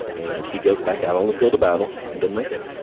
and he goes back out on the field of battle and doesn't make it.